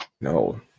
No